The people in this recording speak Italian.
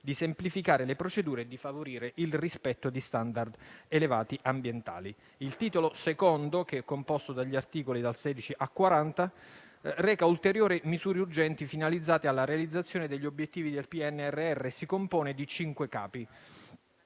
di semplificare le procedure e di favorire il rispetto di elevati *standard* ambientali. Il Titolo II, composto dagli articoli che vanno dal 16 al 40, reca ulteriori misure urgenti finalizzate alla realizzazione degli obiettivi del PNRR e si compone di cinque Capi.